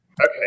Okay